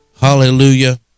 Hallelujah